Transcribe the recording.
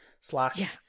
slash